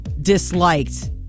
disliked